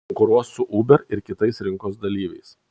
konkuruos su uber ir kitais rinkos dalyviais